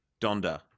Donda